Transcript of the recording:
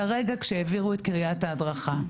כרגע: כשהעבירו את קריית ההדרכה,